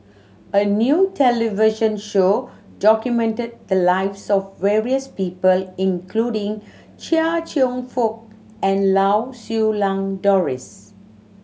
a new television show documented the lives of various people including Chia Cheong Fook and Lau Siew Lang Doris